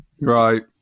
Right